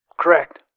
Correct